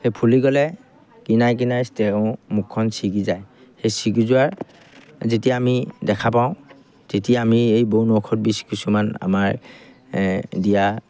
সেই ফুলি গ'লে কিনাই কিনাই মুখখন ছিগি যায় সেই ছিগি যোৱাৰ যেতিয়া আমি দেখা পাওঁ তেতিয়া আমি এই বন ঔষধ কিছুমান আমাৰ দিয়া